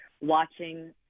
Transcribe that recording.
watching